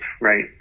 right